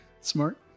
smart